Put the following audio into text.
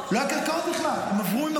לא היו קרקעות.